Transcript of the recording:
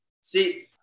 See